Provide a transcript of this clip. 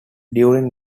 during